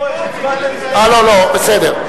לא לא, בסדר.